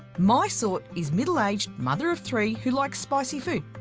my thought is middle aged mother of three who likes spicy food.